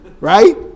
right